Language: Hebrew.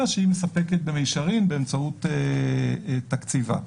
שמספקת במישרין באמצעות תקציבה.